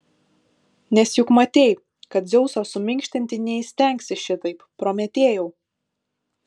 nes juk matei kad dzeuso suminkštinti neįstengsi šitaip prometėjau